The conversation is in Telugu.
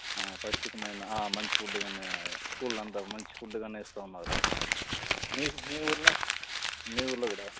పౌష్టికమైన మంచి ఫుడ్డుగా స్కూల్లో అంతా మంచి ఫుడ్డుగా ఇస్తు ఉన్నారు మీ మీ ఊళ్ళో మీ ఊళ్ళో కూడా